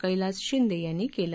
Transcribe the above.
कैलास शिंदे यांनी केलं